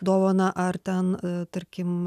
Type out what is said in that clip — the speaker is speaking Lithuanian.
dovaną ar ten tarkim